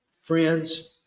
friends